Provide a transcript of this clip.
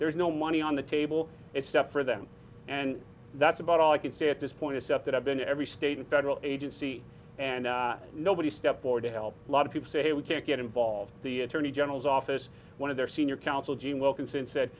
there is no money on the table except for them and that's about all i can say at this point stuff that i've been to every state and federal agency and nobody stepped forward to help a lot of people say we can't get involved the attorney general's office one of their senior counsel jim wilkinson said